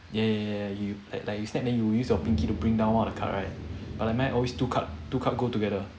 ya ya ya ya you like like you snap then you use your pinky to bring down one of the card right but like mine always two card two card go together